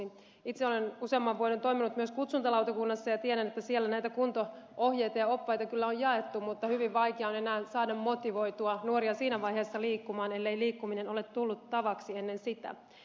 itse olen useamman vuoden toiminut myös kutsuntalautakunnassa ja tiedän että siellä näitä kunto ohjeita ja oppaita kyllä on jaettu mutta hyvin vaikea on enää saada motivoitua nuoria siinä vaiheessa liikkumaan ellei liikkuminen ole tullut tavaksi ennen sitä